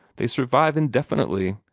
they survive indefinitely.